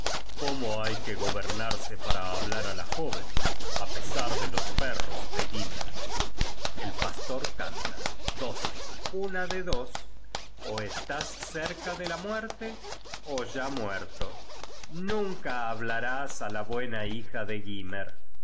cómo hay que gobernarse para hablar á la jóven á pesar de los perros de gymer el pastor canta una de dos ó estás cerca de la muerte ó ya muerto nunca hablarás á la buena hija de gymer